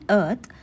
earth